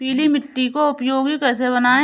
पीली मिट्टी को उपयोगी कैसे बनाएँ?